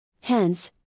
Hence